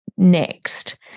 Next